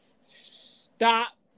stop